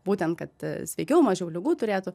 būtent kad sveikiau mažiau ligų turėtų